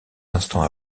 instants